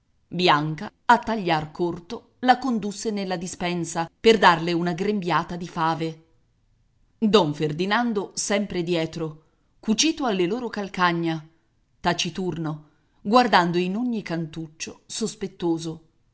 bianca a tagliar corto la condusse nella dispensa per darle una grembiata di fave don ferdinando sempre dietro cucito alle loro calcagna taciturno guardando in ogni cantuccio sospettoso